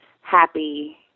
happy